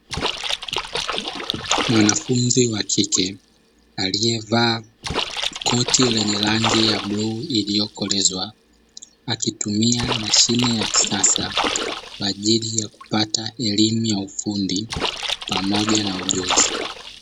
Mwanafunzi wakike alievaa koti lenye rangi ya bluu iliyokolezwa, akitumia mashine ya kisasa kwa ajili ya kupata elimu ya ufundi pamoja na ujuzi.